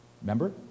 remember